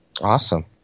Awesome